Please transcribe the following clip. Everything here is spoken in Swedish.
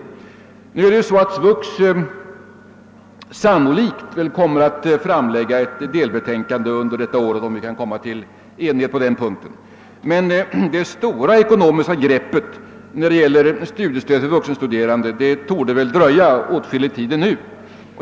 SVUX kommer sannolikt att framlägga ett delbetänkande under detta år, om man kan komma fram till enighet på den punkten, men det stora ekonomiska greppet när det gäller studiestöd till vuxenstuderande torde väl dröja åtskillig tid ännu.